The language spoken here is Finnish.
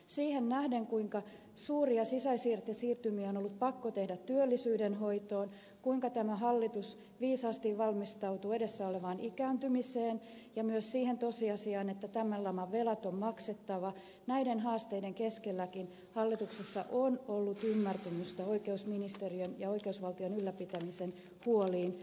siihen nähden kuinka suuria siirtymiä on ollut pakko tehdä työllisyydenhoitoon kuinka tämä hallitus viisaasti valmistautuu edessä olevaan ikääntymiseen ja myös siihen tosiasiaan että tämän laman velat on maksettava näiden haasteiden keskelläkin hallituksessa on ollut ymmärtämystä oikeusministeriön ja oikeusvaltion ylläpitämisen huolia kohtaan